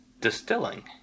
distilling